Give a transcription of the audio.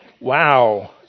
wow